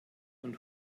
und